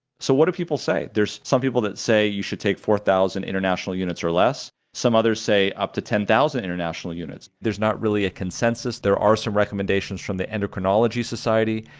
so what do people say? there's some people that say you should take four thousand international units or less some others say up to ten thousand international units. there's not really a consensus. there are some recommendations from the endocrinology society,